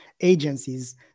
agencies